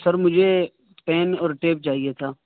سر مجھے پین اور ٹیپ چاہیے تھا